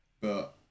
but-